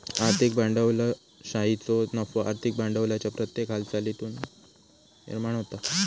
आर्थिक भांडवलशाहीचो नफो आर्थिक भांडवलाच्या प्रत्येक हालचालीतुन निर्माण होता